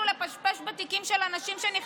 לפשפש בתיקים של אנשים שנכנסים פנימה,